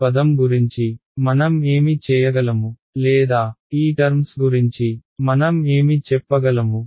ఈ పదం గురించి మనం ఏమి చేయగలము లేదా ఈ టర్మ్స్ గురించి మనం ఏమి చెప్పగలము